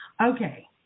Okay